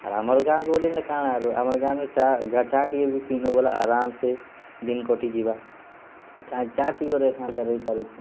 ଆର୍ ଆମର୍ ଗାଁ ଗହଲିନେ କାଣା ଆରୁ ଆମର୍ ଗାଁରେ ଚା' ଚା' ଟିକେ ପିଇନୁ ବଏଲେ ଆରମ୍ସେ ଦିନ୍ କଟିଯିବା କାଏଁ ଚା' ପିଇକରି ହେନ୍ତା ରହିପାରୁଛୁଁ